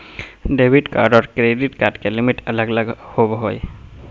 debit card आर credit card के limit अलग अलग होवो हय